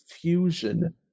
fusion